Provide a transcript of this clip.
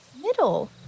Middle